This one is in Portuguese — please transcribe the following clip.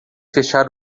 fechar